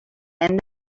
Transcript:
and